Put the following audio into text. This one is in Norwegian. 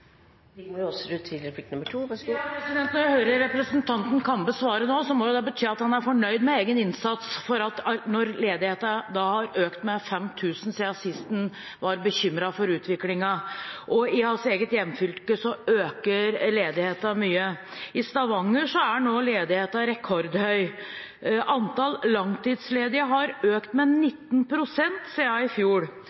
jeg hører representanten Kambe svare nå, må jo bety at han er fornøyd med egen innsats når ledigheten har økt med 5 000 siden sist han var bekymret for utviklingen. I hans eget hjemfylke øker ledigheten mye. I Stavanger er nå ledigheten rekordhøy. Antall langtidsledige har økt med